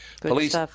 Police